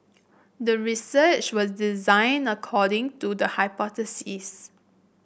the research was designed according to the hypothesis